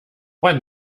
when